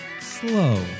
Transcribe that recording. slow